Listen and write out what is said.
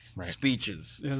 speeches